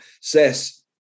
says